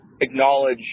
acknowledge